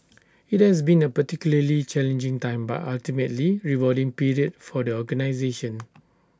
IT has been A particularly challenging time but ultimately rewarding period for the organisation